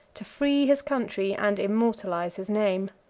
to free his country and immortalize his name.